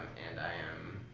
and i am